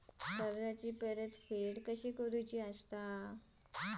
कर्जाची परतफेड कशी करुची?